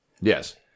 Yes